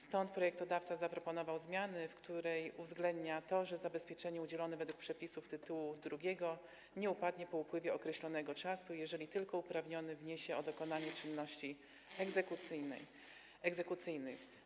Stąd projektodawca zaproponował zmianę, w której uwzględnia to, że zabezpieczenie udzielone według przepisów tytułu II nie upadnie po upływie określonego czasu, jeżeli tylko uprawniony wniesie o dokonanie czynności egzekucyjnych.